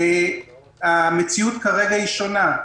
המציאות כרגע שונה.